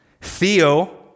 Theo